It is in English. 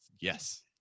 Yes